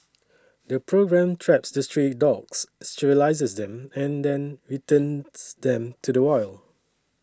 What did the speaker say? the programme traps the stray dogs sterilises them then returns them to the wild